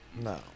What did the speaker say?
No